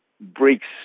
breaks